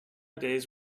days